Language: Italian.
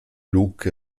look